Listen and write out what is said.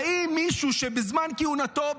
האם מישהו שבזמן כהונתנו,